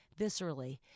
viscerally